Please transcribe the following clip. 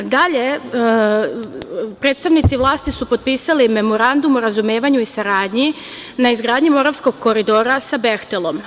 Dalje, predstavnici vlasti su potpisali Memorandum o razumevanju i saradnji na izgradnji Moravskog koridora sa „Behtelom“